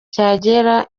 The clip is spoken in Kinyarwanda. cyagera